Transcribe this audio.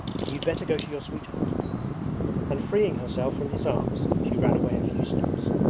and you'd better go to your sweetheart and freeing herself from his arms she ran away a few steps.